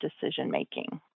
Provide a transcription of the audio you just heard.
decision-making